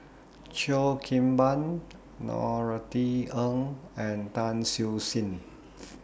Cheo Kim Ban Norothy Ng and Tan Siew Sin